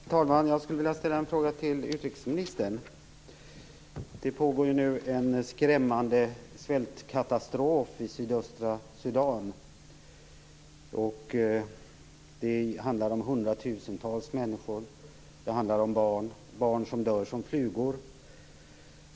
Fru talman! Jag skulle vilja ställa en fråga till utrikesministern. Det pågår nu en skrämmande svältkatastrof i sydöstra Sudan. Det handlar om hundratusentals människor. Det handlar om barn som dör som flugor.